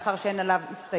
מאחר שאין לו הסתייגויות,